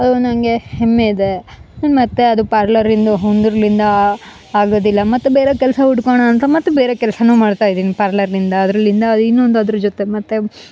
ಅದು ನನಗೆ ಹೆಮ್ಮೆ ಇದೆ ಡೈಲಿ ಪಾರ್ಲರ್ಲಿಂದು ಒಂದಿರ್ಲಿಂದ ಆಗೋದಿಲ್ಲ ಮತ್ತು ಬೇರೆ ಕೆಲಸ ಹುಡ್ಕೋಣಾ ಅಂತ ಮತ್ತೆ ಬೇರೆ ಕೆಲಸಾನು ಮಾಡ್ತಾ ಇದ್ದೀನಿ ಪಾರ್ಲರ್ಲಿಂದ ಅದ್ರಲಿಂದಾ ಇನ್ನೊಂದು ಅದ್ರ ಜೊತೆ ಮತ್ತು ಬೇರೆ